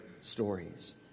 stories